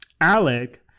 Alec